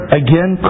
again